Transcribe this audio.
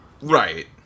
Right